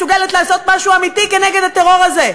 הבלתי-מסוגלת-לעשות-משהו-אמיתי-נגד-הטרור-הזה,